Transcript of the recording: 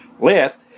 Last